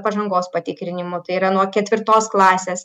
pažangos patikrinimų tai yra nuo ketvirtos klasės